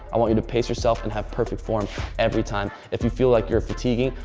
i want you to pace yourself and have perfect form every time. if you feel like you're fatiguing,